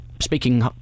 Speaking